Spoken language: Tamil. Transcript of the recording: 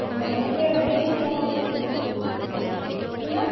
மேம் நம்மகிட்ட எல்லாமே சுத்தமாக இருக்கும் மேம் என்ன மேம்